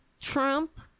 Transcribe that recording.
Trump